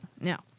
Now